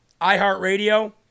iHeartRadio